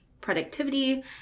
productivity